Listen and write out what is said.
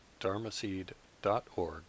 dharmaseed.org